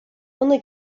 only